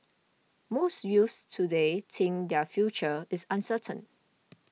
most youths today think their future is uncertain